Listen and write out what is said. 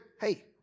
hey